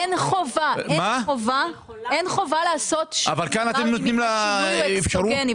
אין חובה לעשות שינוי אקסוגני,